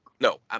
no